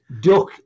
duck